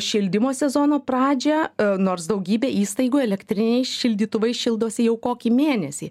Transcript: šildymo sezono pradžią nors daugybė įstaigų elektriniai šildytuvai šildosi jau kokį mėnesį